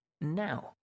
Now